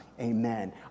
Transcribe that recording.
Amen